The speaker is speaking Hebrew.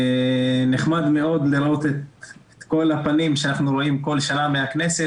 נחמד מאוד לראות את כל הפנים שאנחנו רואים כל שנה מהכנסת,